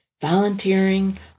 volunteering